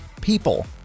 people